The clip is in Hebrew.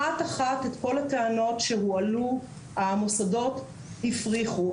אחת-אחת את כל הטענות שהועלו, המוסדות הפריחו.